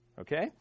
Okay